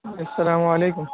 السلام علیکم